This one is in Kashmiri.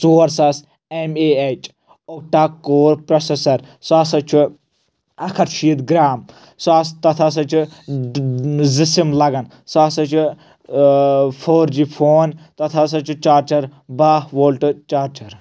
ژور ساس M A H octa core processor سُہ ہسا چھُ اَکتھ شیٖتھ گرٛام سُہ تَتھ ہسا چھ زٕ سِم لَگان سُہ ہسا چھُ فور جی فون تَتھ ہسا چھُ چارجر بہہ وۄلٹ چارِجر